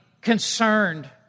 concerned